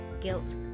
guilt